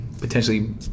potentially